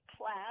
class